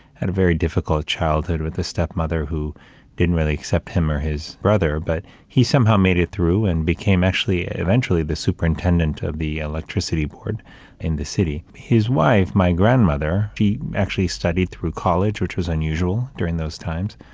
had very difficult childhood with a stepmother who didn't really accept him or his brother, but he somehow made it through and became actually, eventually, the superintendent of the electricity board in the city. his wife, my grandmother, he actually studied through college, which was unusual during those times.